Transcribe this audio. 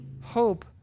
hope